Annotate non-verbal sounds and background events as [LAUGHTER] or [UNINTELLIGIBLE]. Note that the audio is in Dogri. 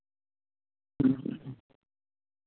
[UNINTELLIGIBLE]